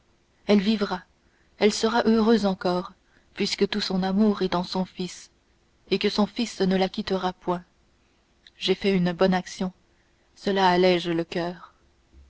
elle vivra elle sera heureuse encore puisque tout son amour est dans son fils et que son fils ne la quittera point j'aurai fait une bonne action cela allège le coeur